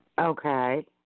Okay